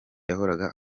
yahoraga